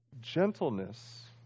Gentleness